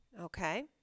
Okay